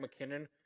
McKinnon